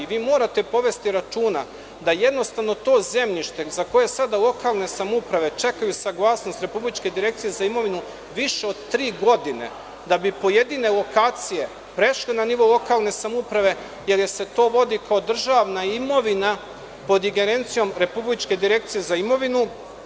Vi morate povesti računa da jednostavno to zemljište za koje sada lokalne samouprave čekaju saglasnost Republičke direkcije za imovinu, više od tri godine, da bi pojedine lokacije prešle na nivo lokalne samouprave, jer se to vodi kao državna imovina pod ingerencijom Republičke direkcije za imovinu.